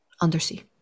undersea